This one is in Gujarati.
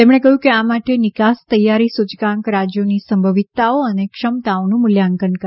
તેમણે કહ્યું કે આ માટે નિકાસ તૈયારી સૂચકાંક રાજ્યોની સંભવિતતાઓ અને ક્ષમતાઓનું મૂલ્યાંકન કરે છે